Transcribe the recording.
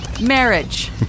Marriage